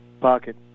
pocket